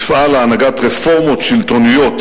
יפעל להנהגת רפורמות שלטוניות